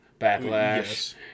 Backlash